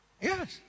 yes